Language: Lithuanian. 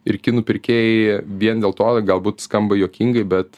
ir kinų pirkėjai vien dėl to galbūt skamba juokingai bet